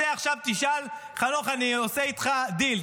צא עכשיו ותשאל, חנוך, אני עושה איתך דיל.